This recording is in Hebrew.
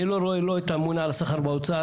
אני לא רואה לא את האמון על השכר באוצר,